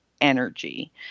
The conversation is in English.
Energy